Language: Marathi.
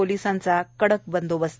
पोलिसांचा कडक बंदोबस्त